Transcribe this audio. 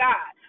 God